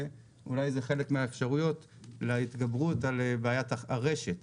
ואולי אלה חלק מהאפשרויות להתגברות על בעיית הרשת,